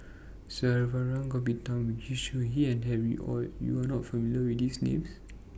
Saravanan Gopinathan Yu Zhuye and Harry ORD YOU Are not familiar with These Names